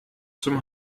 zum